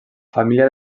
família